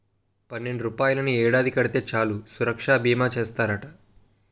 పన్నెండు రూపాయలని ఏడాది కడితే చాలు సురక్షా బీమా చేస్తారట